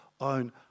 own